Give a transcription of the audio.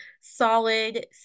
solid